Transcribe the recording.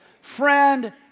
Friend